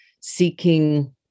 seeking